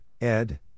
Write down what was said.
Ed